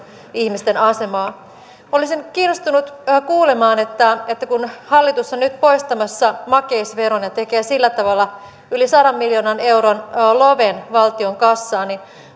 ihmisten asemaa olisin kiinnostunut kuulemaan kun hallitus on nyt poistamassa makeisveron ja tekee sillä tavalla yli sadan miljoonan euron loven valtion kassaan